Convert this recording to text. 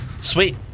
Sweet